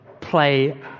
play